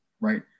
right